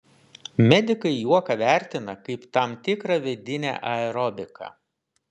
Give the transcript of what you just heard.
medikai juoką vertina kaip tam tikrą vidinę aerobiką